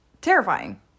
terrifying